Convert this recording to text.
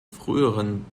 früheren